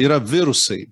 yra virusai